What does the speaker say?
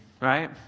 right